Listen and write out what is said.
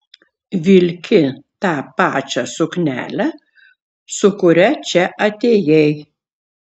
vilki tą pačią suknelę su kuria čia atėjai